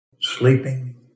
sleeping